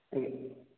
ଆଜ୍ଞା